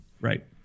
right